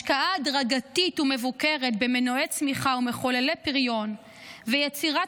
השקעה הדרגתית ומבוקרת במנועי צמיחה ובמחוללי פריון ויצירת